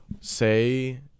say